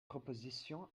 proposition